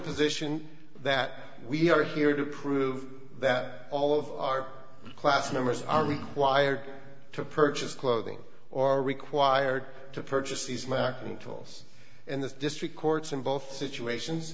position that we are here to prove that all of our class members are required to purchase clothing or are required to purchase these macintosh and this district courts in both situations